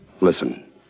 Listen